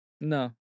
no